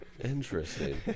Interesting